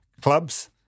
clubs